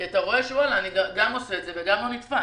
כי הוא רואה שהוא גם עושה את זה וגם לא נתפס.